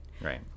Right